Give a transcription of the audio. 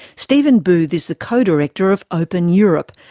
stephen booth is the co-director of open europe,